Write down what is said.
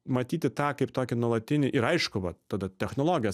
matyti tą kaip tokį nuolatinį ir aišku va tada technologijos